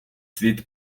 світ